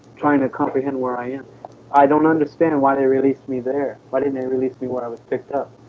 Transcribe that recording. trying to comprehend where i am i don't understand why they released me there why didn't they release me where i was picked up?